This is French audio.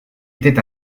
était